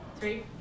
Three